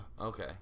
Okay